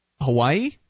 Hawaii